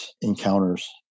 encounters